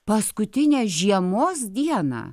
paskutinę žiemos dieną